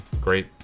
great